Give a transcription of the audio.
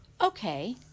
okay